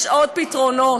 יש עוד פתרונות,